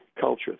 culture